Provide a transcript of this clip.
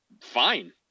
fine